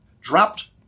dropped